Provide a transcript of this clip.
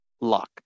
luck